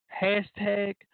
Hashtag